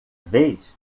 vez